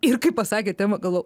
ir kai pasakė temą galvojau